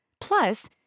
Plus